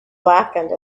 blackened